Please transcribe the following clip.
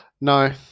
No